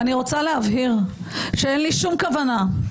אני רוצה להבהיר שאין לי שום כוונה,